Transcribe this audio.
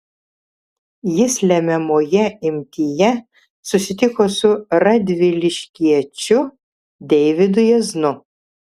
jis lemiamoje imtyje susitiko su radviliškiečiu deividu jaznu